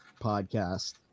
podcast